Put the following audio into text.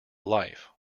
life